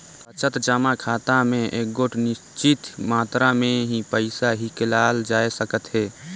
बचत जमा खाता में एगोट निच्चित मातरा में ही पइसा हिंकालल जाए सकत अहे